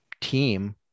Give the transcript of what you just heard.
team